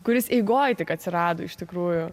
kuris eigoj tik atsirado iš tikrųjų